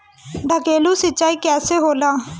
ढकेलु सिंचाई कैसे होला?